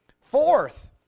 Fourth